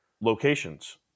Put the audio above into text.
locations